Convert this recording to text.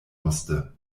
musste